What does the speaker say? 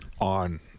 on